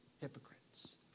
hypocrites